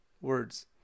words